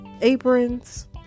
aprons